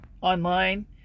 online